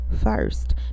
first